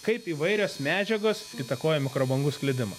kaip įvairios medžiagos įtakoja mikrobangų sklidimą